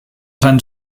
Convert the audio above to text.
sein